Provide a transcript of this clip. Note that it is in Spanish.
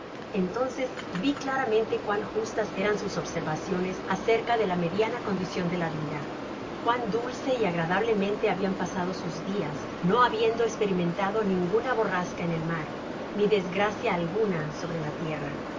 entonces vi claramente cuán justas eran sus observaciones acerca de la media na condicion de la vida cuán dulce y agradablementehabian pasado sus dias no habiendo esperimentado ninguna borrasca en el mar ni desgracia alguna sobre la tierra